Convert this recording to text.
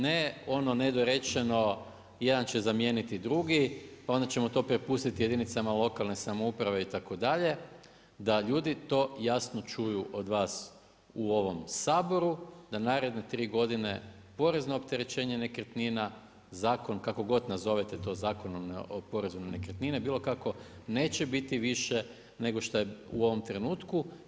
Ne ono nedorečeno, jedan će zamijeniti drugi, pa onda ćemo to prepustiti jedinicama lokalne samouprave itd. da ljudi to jasno čuju od vas u ovom Saboru, da naredne 3 godine porezno opterećenje nekretnina, zakon, kako god to nazovete, zakonom o porezu nekretnina, bilo kako, neće biti više nego šta je u ovom trenutku.